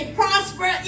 prosper